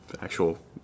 actual